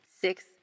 six